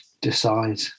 decide